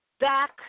back